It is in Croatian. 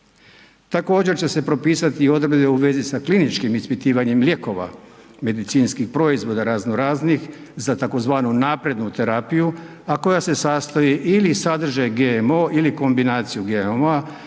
Također će se propisati i odredbe u vezi sa kliničkim ispitivanjem lijekova, medicinskih proizvoda razno raznih za tzv. naprednu terapiju, a koja se sastoji ili sadrže GMO ili kombinaciju GMO-a